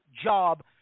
job